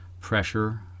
pressure